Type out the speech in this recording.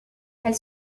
elle